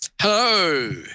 Hello